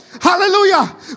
Hallelujah